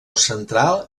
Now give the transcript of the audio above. central